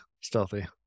Stealthy